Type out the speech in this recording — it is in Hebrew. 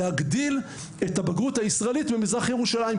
והיא להגדיל את הבגרות הישראלית במזרח ירושלים,